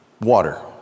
water